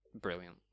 brilliant